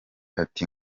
ati